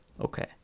Okay